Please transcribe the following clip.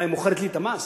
מה, היא מוכרת לי את המס?